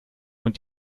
und